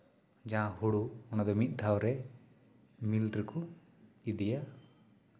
ᱡᱟᱦᱟᱸ ᱦᱩᱲᱩ ᱚᱱᱟ ᱫᱚ ᱢᱤᱫ ᱫᱷᱟᱣᱨᱮ ᱢᱤᱞ ᱨᱮᱠᱚ ᱤᱫᱤᱭᱟ